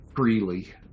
freely